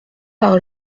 par